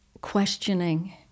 questioning